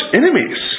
enemies